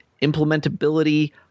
implementability